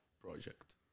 project